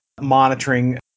monitoring